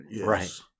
Right